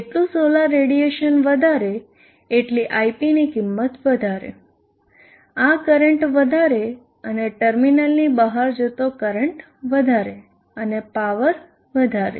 જેટલુ solar radiation વધારે એટલી ip ની કિંમત વધારે આ કરંટ વધારે અને ટર્મિનલ ની બહાર જતો કરંટ વધારે અને પાવર વધારે